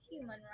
human